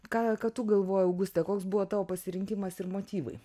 ką ką tu galvoji auguste koks buvo tavo pasirinkimas ir motyvai